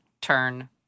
turn